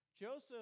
Joseph